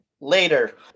later